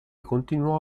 continuò